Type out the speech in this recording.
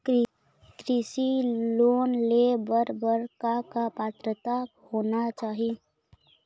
कृषि लोन ले बर बर का का पात्रता होना चाही?